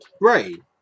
right